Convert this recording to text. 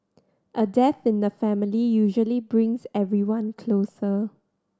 a death in the family usually brings everyone closer